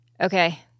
okay